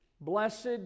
blessed